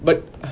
but